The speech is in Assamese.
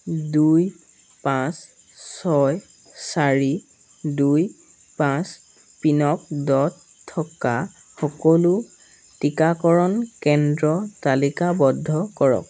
দুই পাঁচ ছয় চাৰি দুই পাঁচ পিনক'ডত থকা সকলো টীকাকৰণ কেন্দ্ৰ তালিকাবদ্ধ কৰক